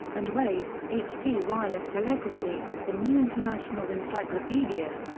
and wade, h. t. wireless telegraphy, the new international encyclopaedia.